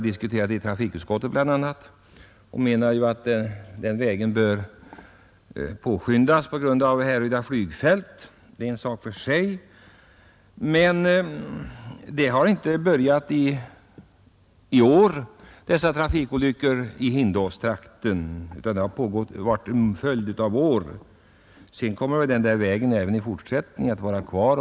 Denna väg bör påskyndas på grund av Härryda flygfält. Det är en sak för sig. Men trafikolyckorna i Hindåstrakten har inte börjat i år utan de har inträffat under en följd av år.